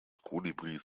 kolibris